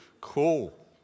cool